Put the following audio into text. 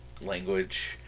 language